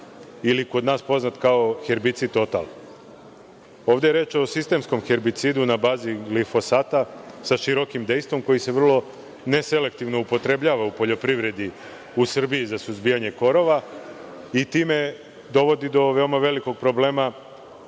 kod nas poznat kao herbicit „Total“.Ovde je reč o sistemskom gebricidu na bazi lifosata sa širokim dejstvom koji se vrlo neselektivno upotrebljava u poljoprivredi u Srbiji za suzbijanje korova i time dovodi do veoma velikog problema